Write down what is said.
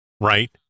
Right